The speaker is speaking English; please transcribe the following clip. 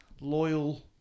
loyal